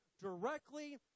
directly